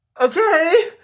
okay